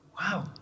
Wow